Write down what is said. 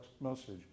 message